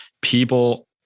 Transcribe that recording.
people